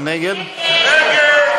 מי נגד?